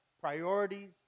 priorities